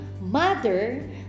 mother